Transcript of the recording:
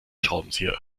schraubenzieher